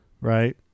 right